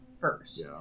first